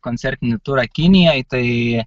koncertinį turą kinijoj tai